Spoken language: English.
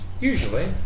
Usually